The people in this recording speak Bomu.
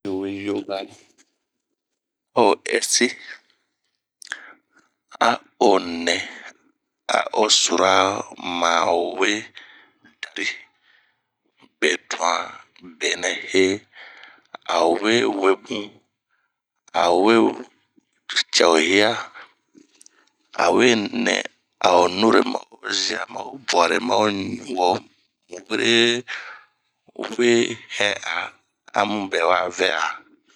N'yi fue nsura, a oɛsi, ao nɛ a osuru ma we dari betuanh benɛ hee. Ao we webun, ao we cɛ ohia,a we nɛ a nure ma ozia ma o buare ma oɲu o mu were we hɛ'a amu bɛ wa vɛ'a.